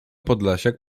podlasiak